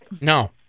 No